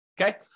Okay